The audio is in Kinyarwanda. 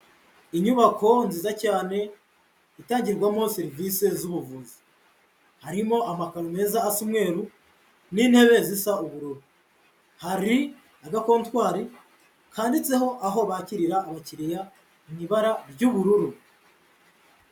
Inyubako nziza cyane itangirwamo serivisi z'ubuvuzi, harimo amakaro meza asa umweru n'intebe zisa ubuuru, hari agakontwari kanditseho aho bakirira abakiriya mu ibara ry'ubururu.